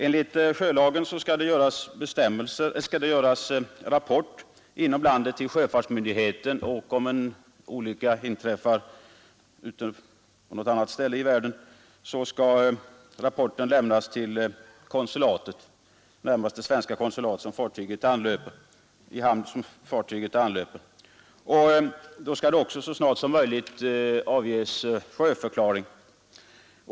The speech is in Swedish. Enligt sjölagen skall det skrivas rapport om det inträffade till sjöfartsmyndigheten och om olyckan inträffat på något annat ställe i världen skall rapporten lämnas till det svenska konsulatet i den närmaste hamn som fartyget anlöper. Så snart som möjligt skall då också avges sjöförklaring.